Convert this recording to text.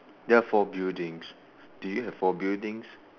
there are four buildings do you have four buildings